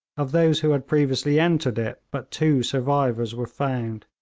of those who had previously entered it but two survivors were found.